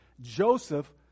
Joseph